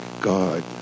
God